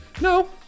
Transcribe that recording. No